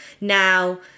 now